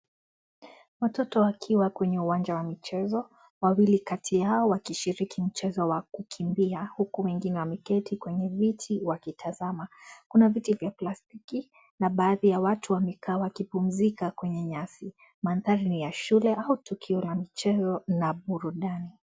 Watoto wakiwa kwenye uwanja wa michezo wawili kati yao wakishiriki mchezo wa kukimbia huku wengine wameketi kwenye viti wakitazama. Kuna viti vya plastiki na baadhi ya watu wamekaa wakipumzika kwenye nyasi. Mandhari ni ya shule au tukio la michezo au burudani.